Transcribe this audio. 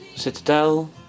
citadel